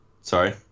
Sorry